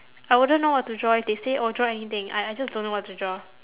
I wouldn't know what to draw if they say oh draw anything I I just don't know what to draw